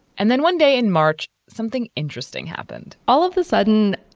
and then one day in march. something interesting happened. all of the sudden,